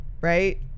right